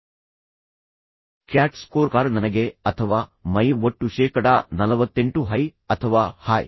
CAT score card ನನಗೆ ಅಥವಾ ಮೈ ಒಟ್ಟು ಶೇಕಡಾ 48 ಹೈ ಅಥವಾ ಹಾಯ್